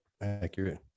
Accurate